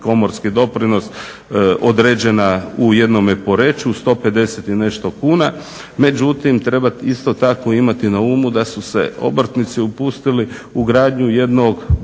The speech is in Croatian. komorski doprinos određena u jednome Poreču 150 i nešto kuna, međutim treba isto tako imati na umu da su se obrtnici upustili u gradnju jednog